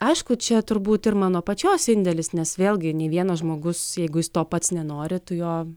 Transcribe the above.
aišku čia turbūt ir mano pačios indėlis nes vėlgi nei vienas žmogus jeigu jis to pats nenori tu jo